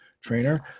trainer